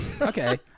Okay